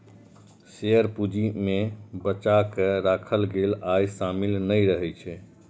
share पूंजी मे बचा कें राखल गेल आय शामिल नहि रहै छै